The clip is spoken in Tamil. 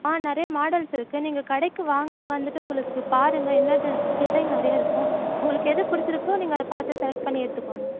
ஆ நிறையா மாடல்ஸ் இருக்குது நீங்கள் கடைக்கு வாங்க வந்துட்டு உங்களுக்குப் பாருங்க என்ன த டிசைன் நிறையா இருக்கும் உங்களுக்கு எது பிடிச்சிருக்கோ நீங்கள் அதைப் பார்த்து செலக்ட் பண்ணி எடுத்துக்கோங்க